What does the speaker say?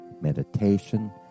meditation